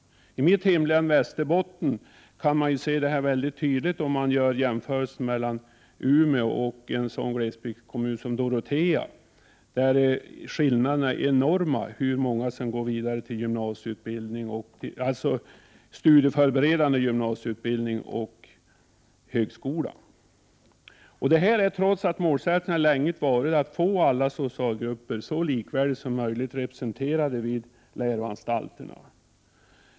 I mitt hemlän, Västerbotten, kan man se detta väldigt tydligt om man jämför Umeå med en sådan glesbydskommun som Dorotea. Skillnaden mellan hur många som går vidare till studieförberedande gymnasieutbildning och hur många som går vidare till högskola är enorm. Detta trots att målsättningen sedan länge varit att få alla socialgrupper så likvärdigt som 137 möjligt representerade vid läroanstalterna.